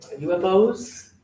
UFOs